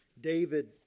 David